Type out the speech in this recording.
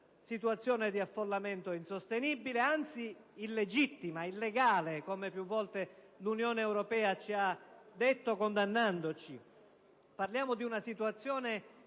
situazione insostenibile, anzi illegittima, illegale, come più volte l'Unione europea ci ha detto, condannandoci. Parliamo di una situazione